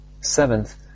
Seventh